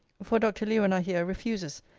for dr. lewen i hear, refuses,